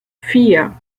vier